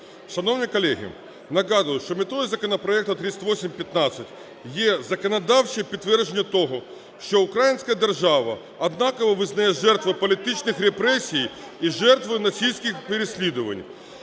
Шановні колеги, нагадую, що метою законопроекту 3815 є законодавче підтвердження того, що українська держава однаково визнає жертви політичних репресій і жертви нацистських переслідувань,